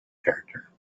character